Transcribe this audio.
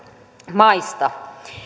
maista